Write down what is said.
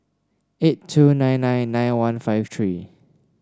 eight two nine nine nine one five three